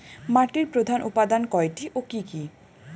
মাটির প্রধান উপাদান কয়টি ও কি কি?